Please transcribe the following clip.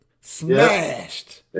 Smashed